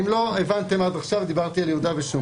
ואם לא הבנתם אז עד עכשיו דיברתי על יהודה ושומרון,